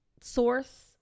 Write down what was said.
source